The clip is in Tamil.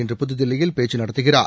இன்று புதுதில்லியில் பேச்சு நடத்துகிறார்